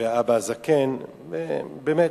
והאבא הזקן, ובאמת,